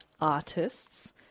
Artists